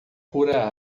pura